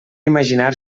imaginar